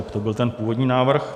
To byl ten původní návrh.